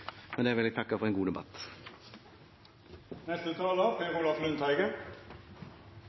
Med det vil jeg takke for en god debatt.